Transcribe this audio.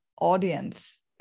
audience